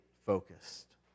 focused